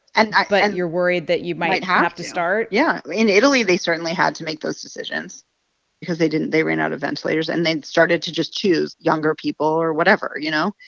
and but and you're worried that you might have to start yeah. in italy, they certainly had to make those decisions because they didn't they ran out of ventilators. and then started to just choose younger people or whatever, you know?